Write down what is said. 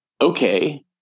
okay